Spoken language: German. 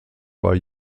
bei